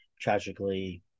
tragically